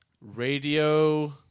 radio